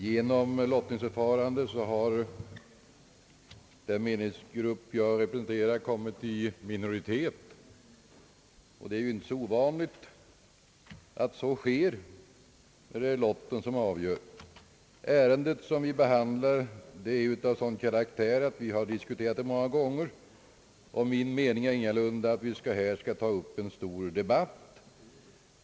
Herr talman! Genom lottning har den meningsgrupp jag representerar kommit i minoritet, och det är inte ovanligt att så sker när lotten avgör. Ärendet som vi behandlar är av sådan karaktär att vi diskuterat det många gång er, och min mening är ingalunda att vi här skall ta upp en stor debatt.